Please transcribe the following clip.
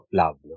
love